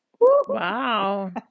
Wow